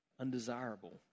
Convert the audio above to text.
undesirable